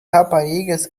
raparigas